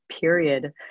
period